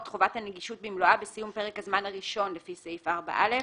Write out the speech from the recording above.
חובת הנגישות במלואה בסיום פרק הזמן הראשון לפי סעיף 4(א).